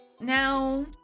now